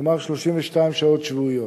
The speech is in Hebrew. כלומר 32 שעות שבועיות.